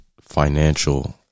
financial